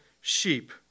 sheep